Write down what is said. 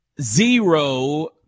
zero